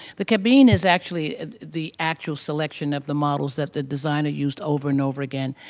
the cabine is actually the actual selection of the models that the designer used over and over again.